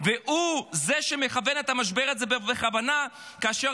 והוא זה שמכוון את המשבר הזה בכוונה כאשר